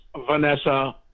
Vanessa